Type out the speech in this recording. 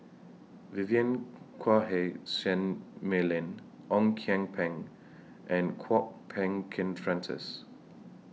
Vivien Quahe Seah Mei Lin Ong Kian Peng and Kwok Peng Kin Francis